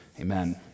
Amen